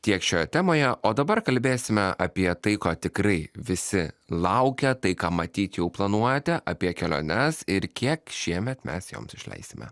tiek šioje temoje o dabar kalbėsime apie tai ko tikrai visi laukia tai ką matyt jau planuojate apie keliones ir kiek šiemet mes joms išleisime